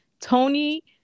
Tony